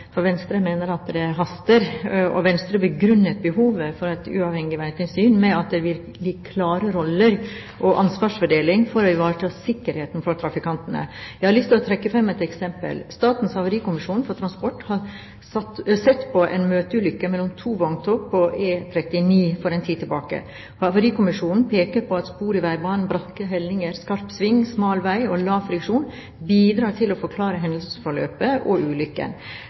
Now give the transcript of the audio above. for Venstre mener at det haster. Venstre har begrunnet behovet for et uavhengig veitilsyn med at det vil gi klare roller og ansvarsfordeling for å ivareta sikkerheten for trafikantene. Jeg har lyst til å trekke fram et eksempel. Statens havarikommisjon for transport har sett på en møteulykke mellom to vogntog på E39 for en tid tilbake. Havarikommisjonen peker på at spor i veibanen, bratte hellinger, skarp sving, smal vei og lav friksjon bidrar til å forklare hendelsesforløpet og ulykken.